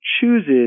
chooses